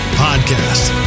podcast